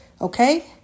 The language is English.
Okay